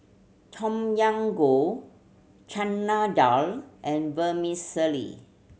Tom Yam Goong Chana Dal and Vermicelli